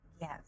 Yes